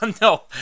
No